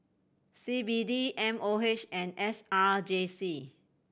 C B D M O H and S R J C